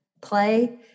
play